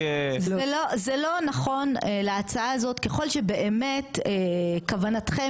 זה לא נכון להצעה הזאת ככל שבאמת כוונתכם